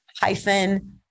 hyphen